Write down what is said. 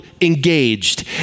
engaged